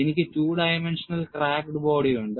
എനിക്ക് two dimensional cracked body ഉണ്ട്